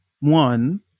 one